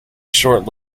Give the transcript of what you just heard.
short